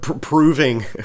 proving